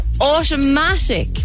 automatic